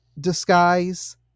disguise